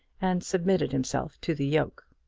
and submitted himself to the yoke.